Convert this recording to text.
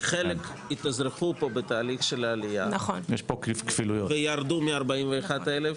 כי חלק התאזרחו פה בתהליך העלייה וירדו מ-41,000.